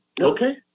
Okay